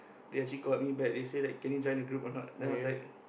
they actually called me back they said that can you join the group or not then I was like